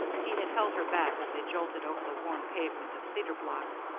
he had held her back as they jolted over the worn pavement of cedar blocks,